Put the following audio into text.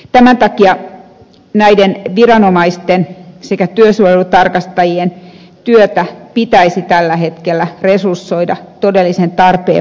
tämän takia näiden viranomaisten sekä työsuojelutarkastajien työtä pitäisi tällä hetkellä resursoida todellisen tarpeen mukaan